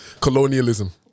Colonialism